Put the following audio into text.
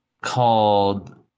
called